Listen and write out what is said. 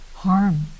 harm